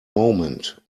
moment